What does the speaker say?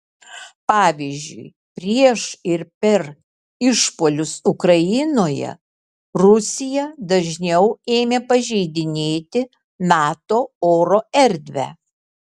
pavyzdžiui prieš ir per išpuolius ukrainoje rusija dažniau ėmė pažeidinėti nato oro erdvę